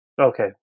Okay